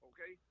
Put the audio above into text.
Okay